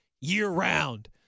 year-round